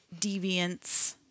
deviance